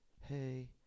Hey